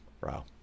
bro